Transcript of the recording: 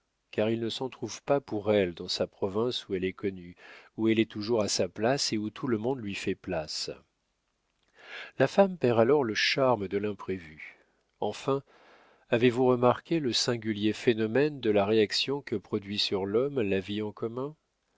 car il ne s'en trouve pas pour elle dans sa province où elle est connue où elle est toujours à sa place et où tout le monde lui fait place la femme perd alors le charme de l'imprévu enfin avez-vous remarqué le singulier phénomène de la réaction que produit sur l'homme la vie en commun